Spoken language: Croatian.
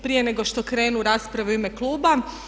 Prije nego što krenu rasprave u ime kluba.